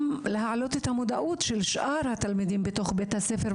גם להעלות את המודעות של שאר התלמידים בתוך בית הספר.